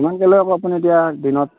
কিমানকে লয় বা আকৌ আপুনি এতিয়া দিনত